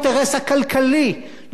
לא מתוך האינטרס העסקי,